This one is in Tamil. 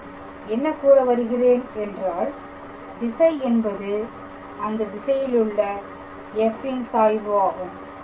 நான் என்ன கூற வருகின்றேன் என்றால் திசை என்பது அந்த திசையிலுள்ள f ன் சாய்வு ஆகும்